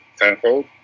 tenfold